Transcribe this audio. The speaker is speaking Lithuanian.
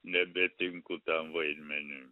nebetinku tam vaidmeniui